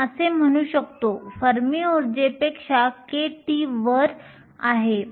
आपण असे म्हणू शकतो फर्मी ऊर्जेपेक्षा kT वर आहे